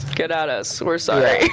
get at us, we're sorry.